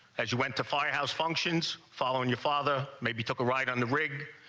as you went to firehouse functions following your father, maybe took a ride on the rig,